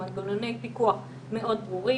עם מנגנוני פיקוח מאוד ברורים.